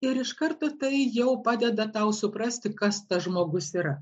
ir iš karto tai jau padeda tau suprasti kas tas žmogus yra